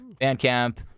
Bandcamp